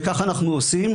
וכך אנחנו עושים,